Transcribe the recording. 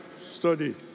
study